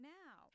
now